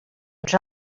uns